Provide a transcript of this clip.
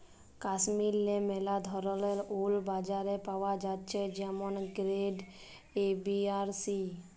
কাশ্মীরেল্লে ম্যালা ধরলের উল বাজারে পাওয়া জ্যাছে যেমল গেরেড এ, বি আর সি